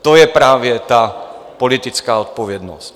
To je právě ta politická odpovědnost.